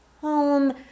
home